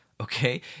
Okay